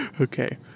Okay